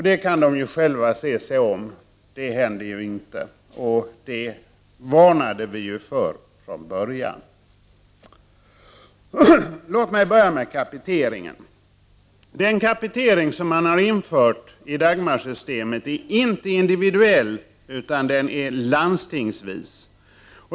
De kan själva se sig om — detta händer ju inte, och det varnade vi för från början. Låt mig börja med kapiteringen. Den kapitering som man har infört i Dagmarsystemet är inte individuell utan landstingsvis.